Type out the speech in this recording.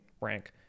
rank